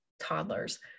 toddlers